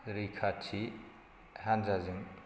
रैखाथि हान्जाजों